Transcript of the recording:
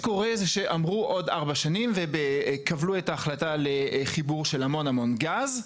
אמרו עוד 4 שנים וכבלו את ההחלטה לחיבור של המון גז.